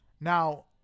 Now